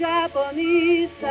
Japanese